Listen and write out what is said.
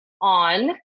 on